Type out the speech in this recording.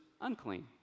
unclean